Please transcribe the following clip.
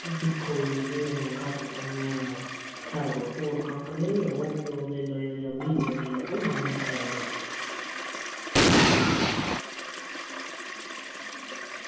दिक्खो जी जियां तुसें घट्ट फोन लैना साढ़े कोल होर कंपनियां बी हैन ओप्पो दा लेई लैएओ जां वीवो दा लेई लैएओ ओह् बी फोन शैल न